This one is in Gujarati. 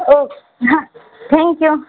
ઓહ હા થેન્કયું